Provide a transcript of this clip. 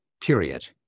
period